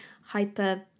hyper